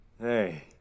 Hey